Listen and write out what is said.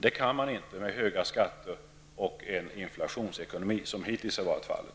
Det kan man inte med höga skatter och en inflationsekonomi, som hittills har varit fallet.